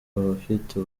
abafite